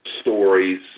Stories